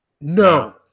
No